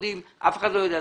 אף אחד לא יודע.